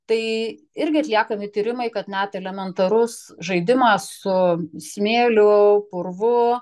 tai irgi atliekami tyrimai kad net elementarus žaidimas su smėliu purvu